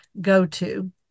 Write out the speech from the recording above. go-to